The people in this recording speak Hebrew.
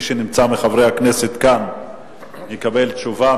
מי שנמצא מחברי הכנסת כאן יקבל תשובה,